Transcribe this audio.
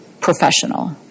professional